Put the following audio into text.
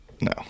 No